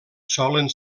solen